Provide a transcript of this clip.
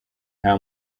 nta